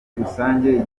rusange